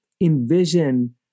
envision